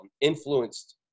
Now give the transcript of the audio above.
influenced